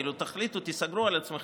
כאילו תחליטו, תיסגרו על עצמכם.